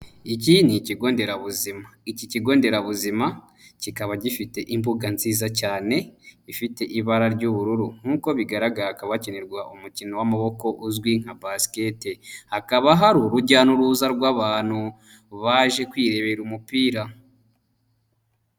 Iki ni ikigo nderabuzima. Iki kigo nderabuzima kikaba gifite imbuga nziza cyane, ifite ibara ry'ubururu nkuko bigaragara haba bakinirwa umukino w'amaboko uzwi nka basiketi, hakaba hari urujya n'uruza rw'abantu baje kwirebera umupira.